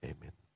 Amen